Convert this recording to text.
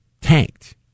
tanked